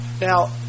Now